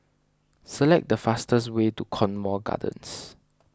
select the fastest way to Cornwall Gardens